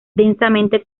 densamente